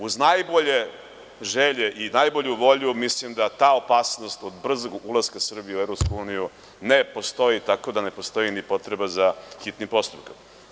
Uz najbolje želje i najbolju volju mislim da ta opasnost od brzog ulaska Srbije u EU ne postoji, tako da ne postoji ni potreba za hitnim postupkom.